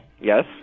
Yes